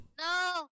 No